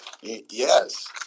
Yes